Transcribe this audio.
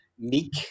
Meek